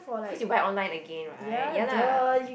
so you went online again right ya lah